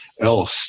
else